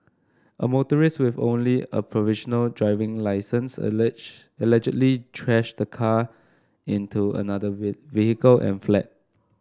a motorist with only a provisional driving licence allege allegedly trashed the car into another we vehicle and fled